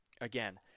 Again